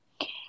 okay